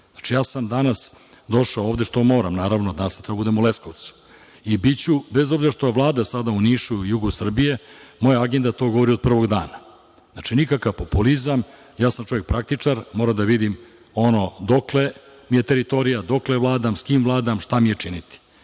Znači, ja sam danas došao ovde što moram, naravno. Danas sam trebao da budem u Leskovcu i biću, bez obzira što je Vlada sada u Nišu, na jugu Srbije, moja agenda govori to od prvog dana. Znači, nikakav populizam. Ja sam čovek praktičar, moram da vidim ono dokle mi je teritorija, dokle vladam, sa kim vladam, šta mi je činiti.